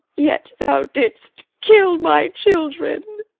yet thou didst kill my children.